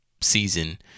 season